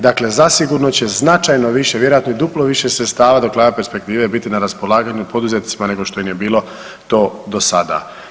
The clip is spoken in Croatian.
Dakle zasigurno će značajno više, vjerojatno i duplo više sredstava do kraja perspektive biti na raspolaganju poduzetnicima nego što im je bilo to do sada.